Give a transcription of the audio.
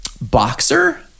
Boxer